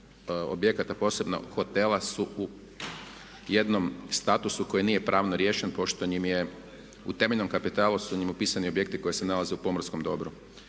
objekata posebno hotela su u jednom statusu koji nije pravno riješen pošto im je, u temeljnom kapitalu su im opisani objekti koji se nalaze u pomorskom dobru.